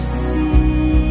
see